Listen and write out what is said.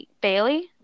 Bailey